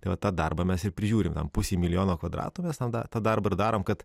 tai va tą darbą mes ir prižiūrim pusė milijono kvadratų mes tą darbą ir darom kad